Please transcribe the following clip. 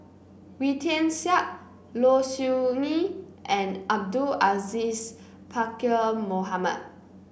Wee Tian Siak Low Siew Nghee and Abdul Aziz Pakkeer Mohamed